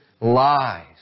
lies